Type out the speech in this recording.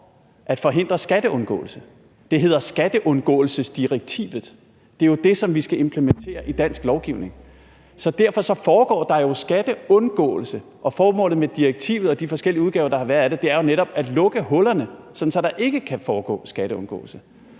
at forhindre skatteundgåelse; det hedder skatteundgåelsesdirektivet. Det er jo det, som vi skal implementere i dansk lovgivning, så derfor foregår der jo skatteundgåelse, og formålet med direktivet i de forskellige udgaver, der har været af det, er jo netop at lukke hullerne, så der ikke kan foregå skatteundgåelse.